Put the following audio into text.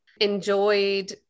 enjoyed